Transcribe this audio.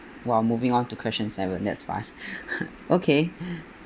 we are moving on to question seven that's fast okay